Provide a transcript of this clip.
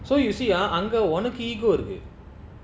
so you see ah அங்கஉனக்கு:anga unaku ego இருக்கு:iruku